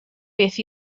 beth